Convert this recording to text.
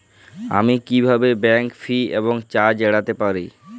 আমি কিভাবে bank fee এবং চার্জ এড়াতে পারি?